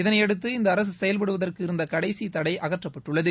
இதனையடுத்து இந்த அரசு செயல்படுவதற்கு இருந்த கடைசி தடை அகற்றப்பட்டுள்ளது